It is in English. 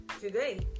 Today